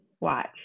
Watch